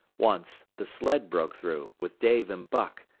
once, the sled broke through, with dave and buck,